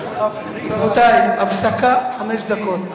רבותי, הפסקה חמש דקות.